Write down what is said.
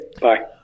bye